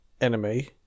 enemy